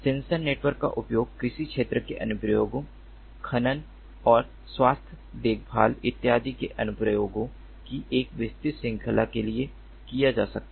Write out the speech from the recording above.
sensor network का उपयोग कृषि क्षेत्र के अनुप्रयोगों खनन और स्वास्थ्य देखभाल इत्यादि के अनुप्रयोगों की एक विस्तृत श्रृंखला के लिए किया जा सकता है